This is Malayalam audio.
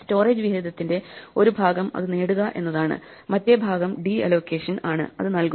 സ്റ്റോറേജ് വിഹിതത്തിന്റെ ഒരു ഭാഗം അത് നേടുക എന്നതാണ് മറ്റേ ഭാഗം ഡി അലോക്കേഷൻ ആണ് അത് നൽകുന്നു